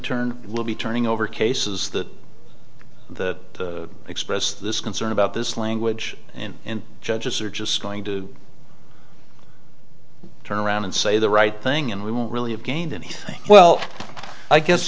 turn will be turning over cases that that express this concern about this language and judges are just going to turn around and say the right thing and we won't really have gained anything well i guess